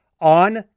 on